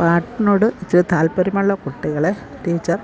പാട്ടിനോട് ഇച്ചിരി താല്പര്യമുള്ള കുട്ടികളെ ടീച്ചർ